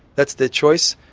that's their choice,